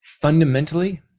fundamentally